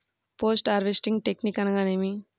Post harvesting technique అనగా నేమి?